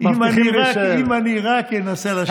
אם אני רק אנסה לשיר.